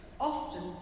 often